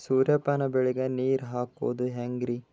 ಸೂರ್ಯಪಾನ ಬೆಳಿಗ ನೀರ್ ಹಾಕೋದ ಹೆಂಗರಿ?